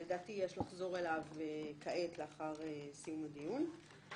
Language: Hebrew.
שלדעתי יש לחזור אליו כעת לאחר סיום הדיון.